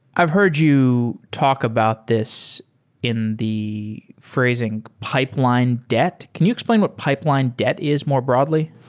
i've heard you talk about this in the phrasing pipeline debt. can you explain what pipeline debt is more broadly?